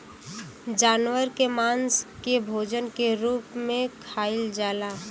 जानवर के मांस के भोजन के रूप में खाइल जाला